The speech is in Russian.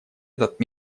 этот